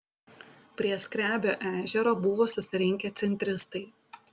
prie skrebio ežero buvo susirinkę centristai